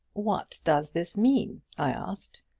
what does this mean? i asked.